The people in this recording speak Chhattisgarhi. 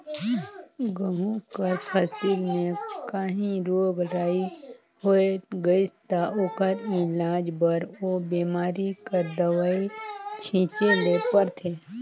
गहूँ कर फसिल में काहीं रोग राई होए गइस ता ओकर इलाज बर ओ बेमारी कर दवई छींचे ले परथे